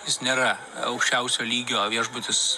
jis nėra aukščiausio lygio viešbutis